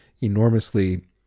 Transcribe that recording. enormously